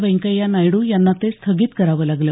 व्यंकय्या नायडू यांना ते स्थगित करावं लागलं